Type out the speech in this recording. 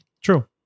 True